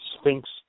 Sphinx